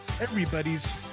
everybody's